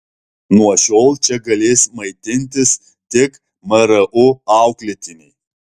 nuo šiol čia galės maitintis tik mru auklėtiniai